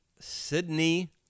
Sydney